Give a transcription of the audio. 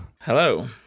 Hello